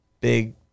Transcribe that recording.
big